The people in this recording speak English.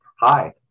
hi